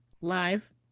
live